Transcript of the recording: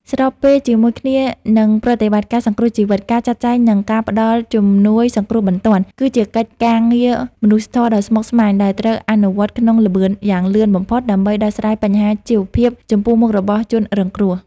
ស្របពេលជាមួយគ្នានឹងប្រតិបត្តិការសង្គ្រោះជីវិត ការចាត់ចែង និងការផ្តល់ជំនួយសង្គ្រោះបន្ទាន់ គឺជាកិច្ចការងារមនុស្សធម៌ដ៏ស្មុគស្មាញដែលត្រូវអនុវត្តក្នុងល្បឿនយ៉ាងលឿនបំផុត ដើម្បីដោះស្រាយបញ្ហាជីវភាពចំពោះមុខរបស់ជនរងគ្រោះ។